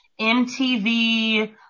MTV